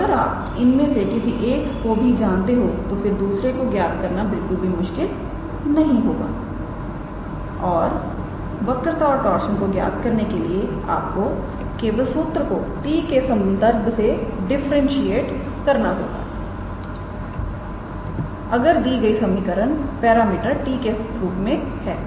तोअगर आप इन में से किसी एक को भी जानते हो तो फिर दूसरे को ज्ञात करना बिल्कुल भी मुश्किल नहीं होगा और वक्रता और टार्शन को ज्ञात करने के लिए आपको केवल सूत्र को t के संदर्भ से डिफरेंशिएट करना होगा अगर दी गई समीकरण पैरामीटर t के रूप में है